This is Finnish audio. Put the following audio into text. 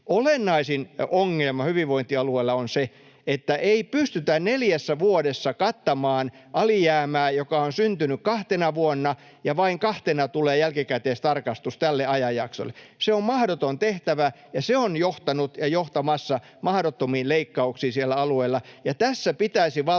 Olennaisin ongelma hyvinvointialueilla on se, että neljässä vuodessa ei pystytä kattamaan alijäämää, joka on syntynyt kahtena vuonna, ja vain kahtena tulee jälkikäteistarkastus tälle ajanjaksolle. Se on mahdoton tehtävä, ja se on johtanut ja johtamassa mahdottomiin leikkauksiin siellä alueilla. Tässä pitäisi valtion ja